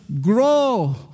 grow